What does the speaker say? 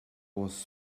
was